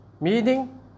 Meaning